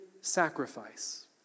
sacrifice